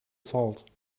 salt